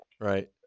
Right